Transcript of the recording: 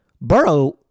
burrow